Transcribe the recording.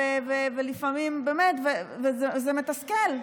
וזה מתסכל,